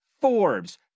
Forbes